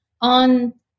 on